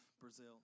Brazil